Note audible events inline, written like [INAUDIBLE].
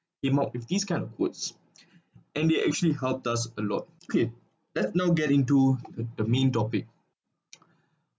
it if these kind of quotes and they actually helped us a lot okay let's now get into th~ the main topic [NOISE]